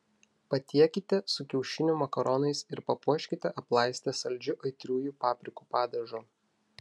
patiekite su kiaušinių makaronais ir papuoškite aplaistę saldžiu aitriųjų paprikų padažu